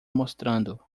mostrando